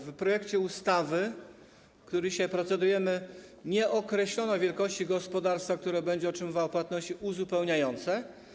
W projekcie ustawy, nad którym dzisiaj procedujemy, nie określono wielkości gospodarstwa, które będzie otrzymywało płatności uzupełniające.